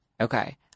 Okay